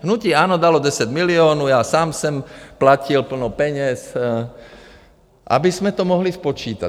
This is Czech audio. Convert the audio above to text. Hnutí ANO dalo 10 milionů, já sám jsem platil plno peněz, abychom to mohli spočítat.